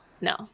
no